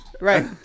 Right